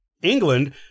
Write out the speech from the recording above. England